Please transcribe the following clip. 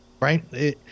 Right